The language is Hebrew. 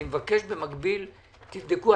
אני מבקש במקביל שתבדקו.